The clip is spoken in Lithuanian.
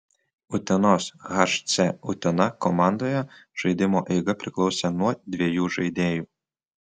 utenos hc utena komandoje žaidimo eiga priklausė nuo dviejų žaidėjų